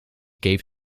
gave